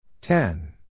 Ten